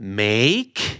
make